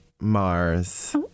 mars